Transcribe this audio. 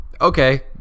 okay